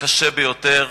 קשה ביותר,